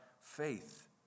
faith